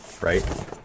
right